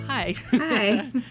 Hi